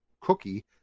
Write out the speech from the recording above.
cookie